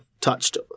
touched